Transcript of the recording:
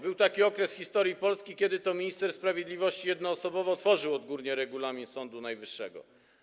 Był taki okres w historii Polski, kiedy to minister sprawiedliwości jednoosobowo tworzył odgórnie Regulamin Sądu Najwyższego.